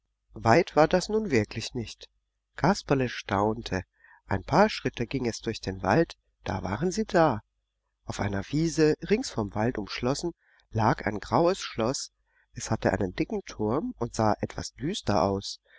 weit war das nun wirklich nicht kasperle staunte ein paar schritte ging es durch den wald da waren sie da auf einer wiese rings von wald umschlossen lag ein graues schloß es hatte einen dicken turm und sah etwas düster aus